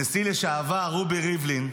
הנשיא לשעבר רובי ריבלין,